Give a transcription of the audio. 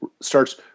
starts